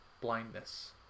blindness